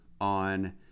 on